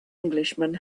englishman